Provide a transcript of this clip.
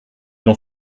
dans